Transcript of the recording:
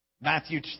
Matthew